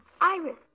Iris